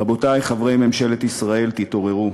רבותי חברי ממשלת ישראל, תתעוררו.